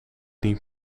niet